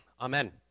Amen